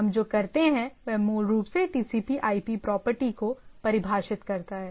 हम जो करते हैं वह मूल रूप से टीसीपी आईपी प्रॉपर्टी को परिभाषित करता है